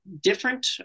different